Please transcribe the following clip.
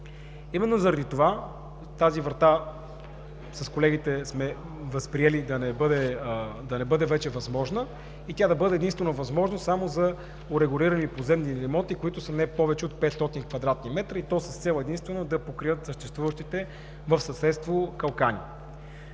Именно заради това тази врата с колегите сме възприели да не бъде вече възможна и тя да бъде единствено възможна само за урегулирани поземлени имоти, които са не повече от 500 кв. м, и то с цел единствено да покрият съществуващите в съседство калкани.